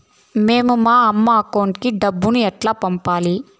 మేము మా అమ్మ అకౌంట్ కి డబ్బులు ఎలా పంపాలి